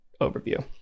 overview